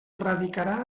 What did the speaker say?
radicarà